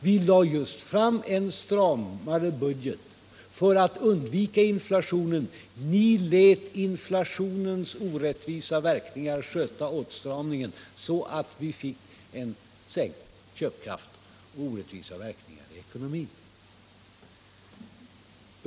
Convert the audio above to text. Vi lade fram en stramare budget just för att undvika inflationen, men ni lät inflationens orättvisa verkningar sköta åtstramningen så att vi fick en sänkt köpkraft och orättvisa verkningar i ekonomin.